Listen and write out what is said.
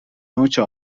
نوچه